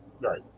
Right